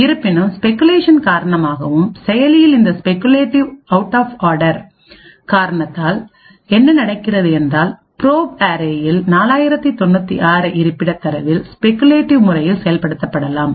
இருப்பினும் ஸ்பெகுலேஷன் காரணமாகவும் செயலியில் இந்த ஸ்பெகுலேட்டிவ் அவுட் ஆப் ஆடர்காரணத்தினால் என்ன நடக்கிறது என்றால்ப்ரோப் அரேயில் 4096 இருப்பிடத் தரவில் ஸ்பெகுலேட்டிவ் முறையில் செயல்படுத்தப்படலாம்